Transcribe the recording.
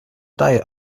diet